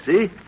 see